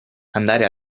andare